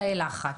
תאי הלחץ,